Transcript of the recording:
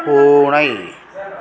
பூனை